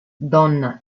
donna